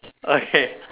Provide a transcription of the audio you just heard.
okay